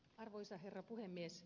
arvoisa herra puhemies